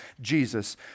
Jesus